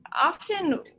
often